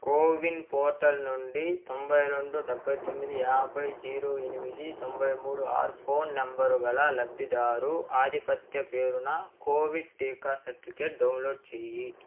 కో win portal నుండి తొంభై రెండు డెబ్భై తొమ్మిది యాభై జీరో ఎనిమిది తొంభై మూడు ఆరు ఫోన్ నంబరు గల లబ్ధిదారు ఆదిపత్య పేరున కోవిడ్ టీకా సర్టిఫికేట్ డౌన్లోడ్ చెయ్యి